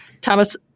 Thomas